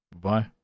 Bye